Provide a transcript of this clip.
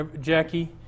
Jackie